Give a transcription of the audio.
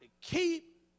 keep